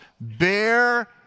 bear